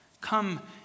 Come